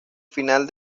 final